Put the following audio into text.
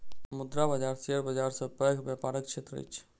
मुद्रा बाजार शेयर बाजार सॅ पैघ व्यापारक क्षेत्र अछि